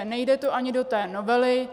Nejde to ani do té novely.